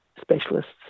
specialists